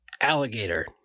alligator